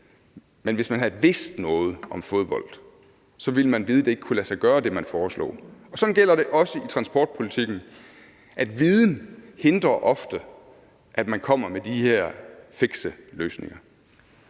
Men hvis man havde vidst noget om fodbold, ville man vide, at det, man foreslog, ikke kunne lade sig gøre. Sådan gælder det også i transportpolitikken, at viden ofte hindrer, at man kommer med de her fikse løsninger.